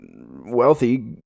wealthy